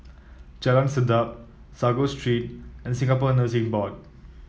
Jalan Sedap Sago Street and Singapore Nursing Board